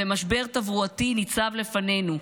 ומשבר תברואתי ניצב לפנינו,